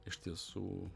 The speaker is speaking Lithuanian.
iš tiesų